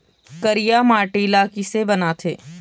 करिया माटी ला किसे बनाथे?